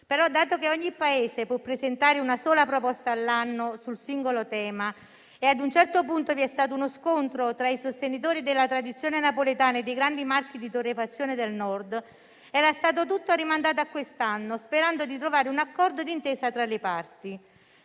ma, dato che ogni Paese può presentare una sola proposta all'anno sul singolo tema e a un certo punto vi è stato uno scontro tra i sostenitori della tradizione napoletana e i grandi marchi di torrefazione del Nord, era stato tutto rimandato a quest'anno, sperando di trovare un accordo di intesa tra le parti.